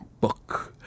book